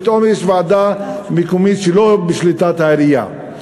ופתאום יש ועדה מקומית שלא בשליטת העירייה.